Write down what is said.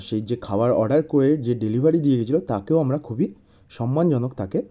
সেই যে খাবার অর্ডার করে যে ডেলিভারি দিয়ে গেছিলো তাকেও আমরা খুবই সম্মানজনক তাকে